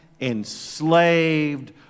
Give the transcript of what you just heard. enslaved